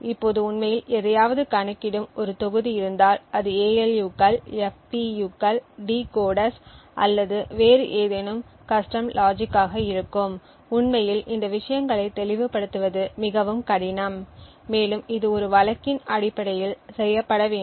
இப்போது உண்மையில் எதையாவது கணக்கிடும் ஒரு தொகுதி இருந்தால் அது ALU கள் FPU கள் டிகோடர்கள் அல்லது வேறு ஏதேனும் கஸ்டம் லாஜிக் ஆக இருக்கும் உண்மையில் இந்த விஷயங்களைத் தெளிவுபடுத்துவது மிகவும் கடினம் மேலும் இது ஒரு வழக்கின் அடிப்படையில் செய்யப்பட வேண்டும்